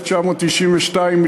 1992,